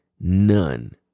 none